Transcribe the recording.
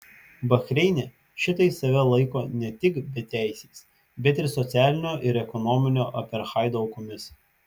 bahreine šiitai save laiko ne tik beteisiais bet ir socialinio ir ekonominio apartheido aukomis